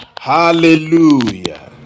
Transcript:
Hallelujah